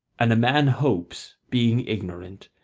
and a man hopes, being ignorant,